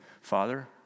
Father